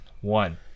One